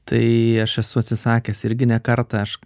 tai aš esu atsisakęs irgi ne kartą aš